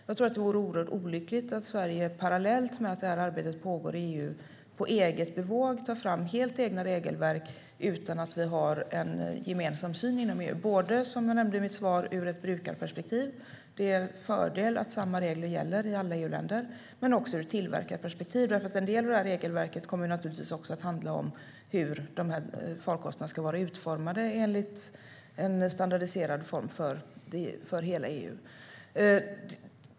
Jag tror att det vore oerhört olyckligt om Sverige parallellt med att arbetet pågår inom EU på eget bevåg tar fram helt egna regelverk utan att vi har en gemensam syn inom EU. Det gäller, som jag nämnde i mitt svar, både ur ett brukarperspektiv - det är en fördel att samma regler gäller i alla EU-länder - och även ur ett tillverkarperspektiv, eftersom en del av regelverket naturligtvis kommer att handla om hur de här farkosterna ska vara utformade enligt en standard för hela EU.